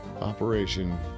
Operation